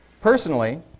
Personally